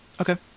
Okay